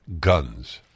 guns